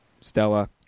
Stella